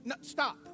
stop